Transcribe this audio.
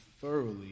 thoroughly